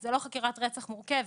זו לא חקירת רצח מורכבת.